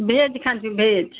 veg खान्छु veg